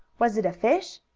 was it a fish?